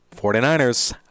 49ers